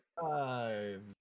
five